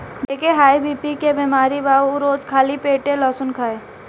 जेके high BP के बेमारी बा उ रोज खाली पेटे लहसुन खाए